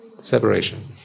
Separation